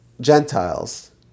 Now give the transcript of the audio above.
Gentiles